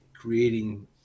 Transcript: creating